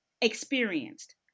experienced